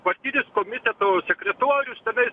partinis komiteto sekretorius tenai